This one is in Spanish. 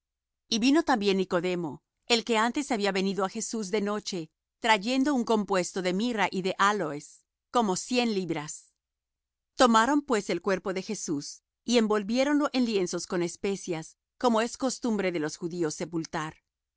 y vino también nicodemo el que antes había venido á jesús de noche trayendo un compuesto de mirra y de áloes como cien libras tomaron pues el cuerpo de jesús y envolviéronlo en lienzos con especias como es costumbre de los judíos sepultar